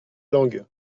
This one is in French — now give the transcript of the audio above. langue